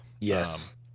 Yes